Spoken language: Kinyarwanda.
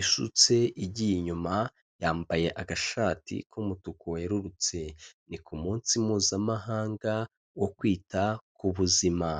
isutse igiye inyuma, yambaye agashati k'umutuku werurutse, ni ku munsi Mpuzamahanga wo kwita ku buzima.